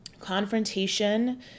confrontation